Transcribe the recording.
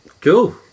Cool